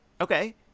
Okay